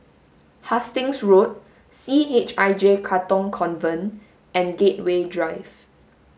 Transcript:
Hastings Road C H I J Katong Convent and Gateway Drive